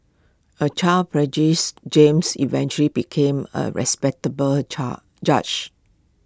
A child James eventually became A respectable judge